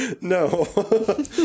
No